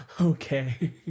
okay